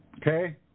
Okay